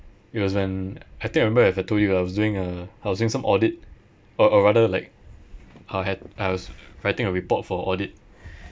it was when I think I remember if I told you I was doing uh I was doing some audit or or rather like I'll had I was writing a report for audit